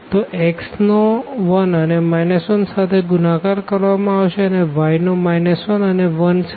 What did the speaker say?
તો x નો 1 અને 1 સાથે ગુણાકાર કરવામાં આવશે અને y નો 1 અને 1 સાથે